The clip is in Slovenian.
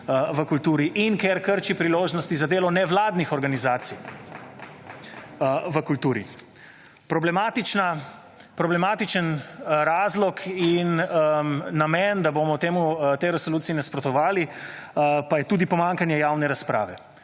v kulturi in ker krči priložnosti za delo nevladnih organizacij v kulturi. Problematičen razlog in namen, da bomo tej resoluciji nasprotovali pa je tudi pomanjkanje javne razprave.